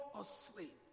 asleep